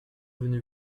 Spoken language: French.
venu